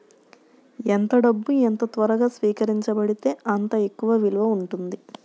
ఎంత డబ్బు ఎంత త్వరగా స్వీకరించబడితే అంత ఎక్కువ విలువ ఉంటుంది